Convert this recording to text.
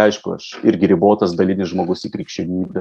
aišku aš irgi ribotas dalinis žmogus į krikščionybę